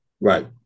Right